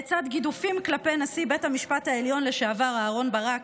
לצד גידופים כלפי נשיא בית המשפט העליון לשעבר אהרן ברק,